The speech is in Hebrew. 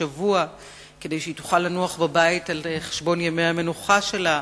השבוע כדי שהיא תוכל לנוח בבית על חשבון ימי המנוחה שלה,